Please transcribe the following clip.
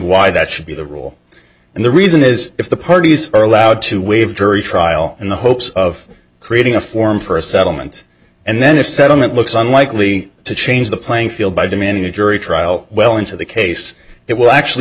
why that should be the rule and the reason is if the parties are allowed to waive jury trial in the hopes of creating a form for a settlement and then a settlement looks unlikely to change the playing field by demanding a jury trial well into the case that will actually